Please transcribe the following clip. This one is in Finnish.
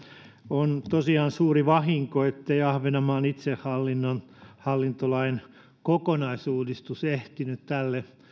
on tosiaan suuri vahinko ettei ahvenanmaan itsehallinnon hallintolain kokonaisuudistus ehtinyt tälle